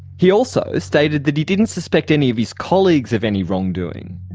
he also stated that he didn't suspect any of his colleagues of any wrongdoing.